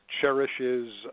cherishes